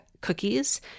cookies